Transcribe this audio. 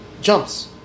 jumps